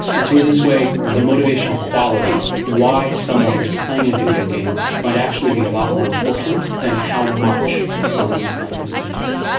and so in this way the motivational quality, why someone is playing a video game, might actually be a lot more important than how much someone is playing a video game.